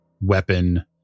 weapon